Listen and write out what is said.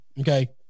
Okay